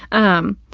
um,